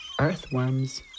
earthworms